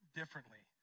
differently